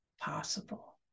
possible